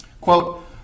quote